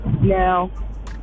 Now